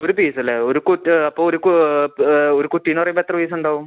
ഒര് പീസല്ലെ ഒര് കുറ്റ് അപ്പോൾ ഒര് കൂ ഒര് കുറ്റി എന്ന് പറയുമ്പം എത്ര പീസുണ്ടാകും